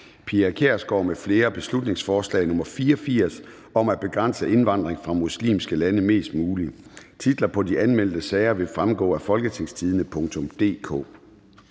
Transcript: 84 (Forslag til folketingsbeslutning om at begrænse indvandring fra muslimske lande mest muligt). Titlerne på de anmeldte sager vil fremgå af www.folketingstidende.dk